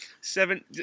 Seven